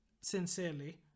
sincerely